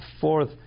fourth